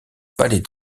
palais